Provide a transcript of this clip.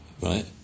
Right